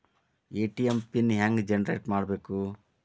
ATM PIN ಹೆಂಗ್ generate ಮಾಡಬೇಕು?